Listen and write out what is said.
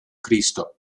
cristo